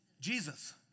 Jesus